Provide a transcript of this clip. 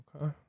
Okay